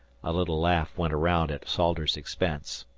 a little laugh went round at salters's expense.